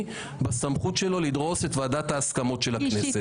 בסמכות שלו לדרוס את ועדת ההסכמות של הכנסת.